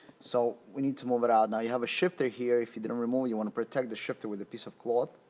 so we need to move it out. and we have a shifter here. if you didn't remove you want to protect the shifter with a piece of cloth.